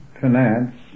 finance